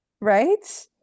Right